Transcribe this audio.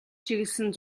чиглэсэн